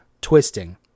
twisting